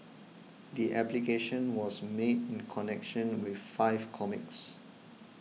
the application was made in connection with five comics